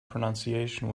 pronunciation